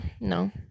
no